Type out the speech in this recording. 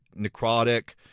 necrotic